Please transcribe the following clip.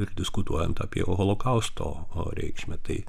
ir diskutuojant apie holokausto reikšmę tai